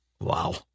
Wow